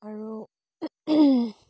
আৰু